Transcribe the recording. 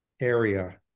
area